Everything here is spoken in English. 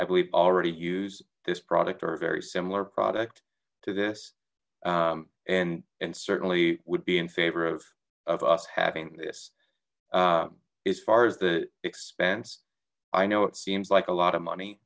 i believe already use this product or a very similar product to this and and certainly would be in favor of of us having this as far as the expense i know it seems like a lot of money